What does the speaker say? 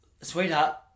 sweetheart